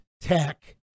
tech